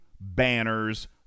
banners